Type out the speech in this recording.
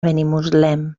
benimuslem